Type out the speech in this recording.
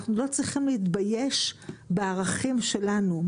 אנחנו לא צריכים להתבייש בערכים שלנו.